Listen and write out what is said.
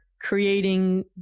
creating